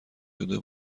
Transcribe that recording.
شده